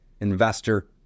investor